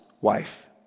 wife